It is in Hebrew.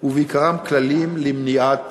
ובעיקרם כללים למניעת